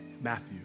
Matthew